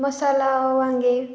मसाला वांगे